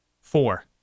Four